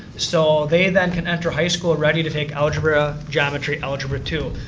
so they then can enter high school ready to take algebra, geometry, algebra two.